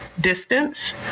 distance